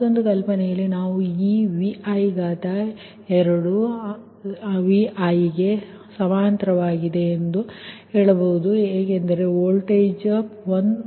ಮತ್ತೊಂದು ಕಲ್ಪನೆಯಲ್ಲಿ ನಾವು ಈ |Vi|2≅|Vi|ಅನ್ನು ಮಾಡುತ್ತಿದ್ದೇವೆ ಏಕೆಂದರೆ ವೋಲ್ಟೇಜ್ 1 p